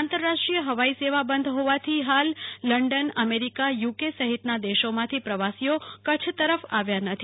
આંતરાષ્ટ્રીય હવાઈ સેવા બંધ હોવાથી હાલ લંડન અમેરિકાયુકે સહિતના દેશોમાંથી પ્રવાસીઓ કચ્છ તરફ આવ્યા નથી